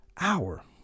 hour